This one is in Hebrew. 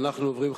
אנחנו עוברים,